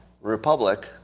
republic